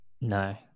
No